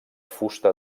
fusta